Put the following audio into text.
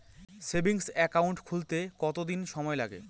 Savings account খুলতে কতদিন সময় লাগে?